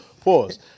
Pause